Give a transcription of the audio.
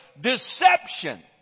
deception